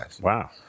Wow